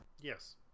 Yes